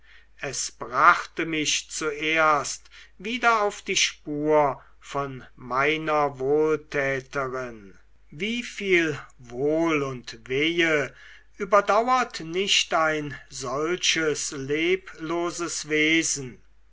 es brachte mich zuerst wieder auf die spur von meiner wohltäterin wieviel wohl und wehe überdauert nicht ein solches lebloses wesen